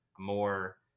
more